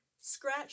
scratch